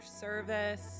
service